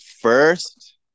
first